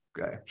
okay